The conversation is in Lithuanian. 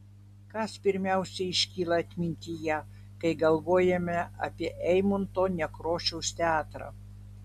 kas pirmiausia iškyla atmintyje kai galvojame apie eimunto nekrošiaus teatrą